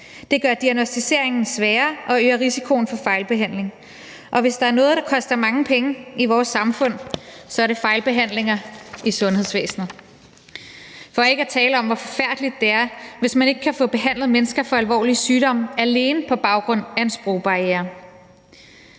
Det gør diagnosticeringen sværere og øger risikoen for fejlbehandling. Og hvis der er noget, der koster mange penge i vores samfund, er det fejlbehandlinger i sundhedsvæsenet – for ikke at tale om, hvor forfærdeligt det er, hvis man ikke kan få behandlet mennesker for alvorlige sygdomme alene på grund af en sprogbarriere.